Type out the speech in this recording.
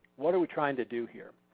what are we trying to do here?